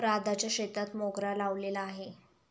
राधाच्या शेतात मोगरा लावलेला आहे